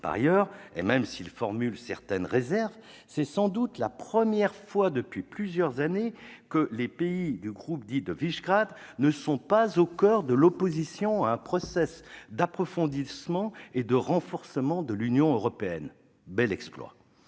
Par ailleurs, et même s'ils formulent certaines réserves, c'est sans doute la première fois depuis plusieurs années que les pays du groupe dit de Visegrád ne sont pas au coeur de l'opposition à un procès d'approfondissement et de renforcement de l'Union européenne. Bel exploit !